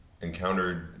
encountered